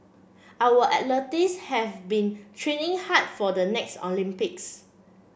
our athletes have been training hard for the next Olympics